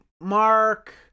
Mark